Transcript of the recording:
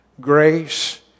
Grace